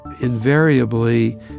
invariably